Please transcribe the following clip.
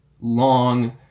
long